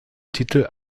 titel